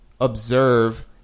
observe